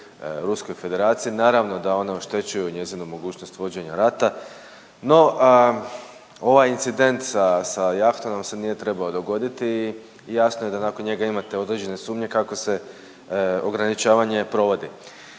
Ruskoj Federaciji, naravno da one oštećuju njezinu mogućnost vođenja rata. No, ovaj incident sa, sa jahtom nam se nije trebao dogoditi i jasno da nakon njega imate određene sumnje kako se ograničavanje provodi.